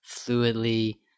fluidly